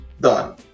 Done